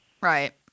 Right